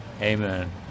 amen